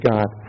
God